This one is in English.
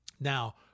Now